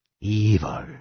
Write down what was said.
Evil